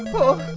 oh!